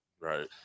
right